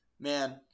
man